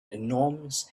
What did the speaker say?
enormous